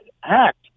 Hacked